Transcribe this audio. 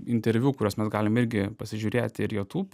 interviu kuriuos mes galim irgi pasižiūrėti ir jūtub